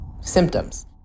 symptoms